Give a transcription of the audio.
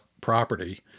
property